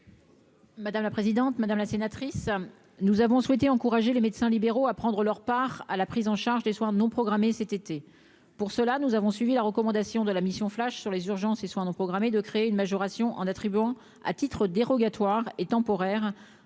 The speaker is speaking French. Madame la présidente, madame la sénatrice, nous avons souhaité encourager les médecins libéraux à prendre leur part à la prise en charge des soins non programmés cet été, pour cela, nous avons suivi la recommandation de la mission flash sur les urgences et soins non programmés, de créer une majoration en attribuant à titre dérogatoire et temporaire,